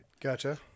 gotcha